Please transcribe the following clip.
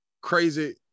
crazy